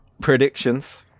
Predictions